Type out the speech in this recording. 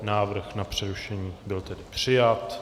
Návrh na přerušení byl přijat.